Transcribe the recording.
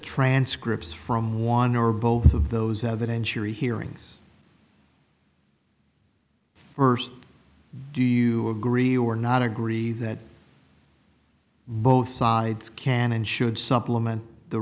transcripts from one or both of those evidentiary hearings first do you agree or not agree that both sides can and should supplement the